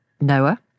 Noah